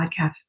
podcast